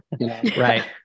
right